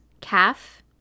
calf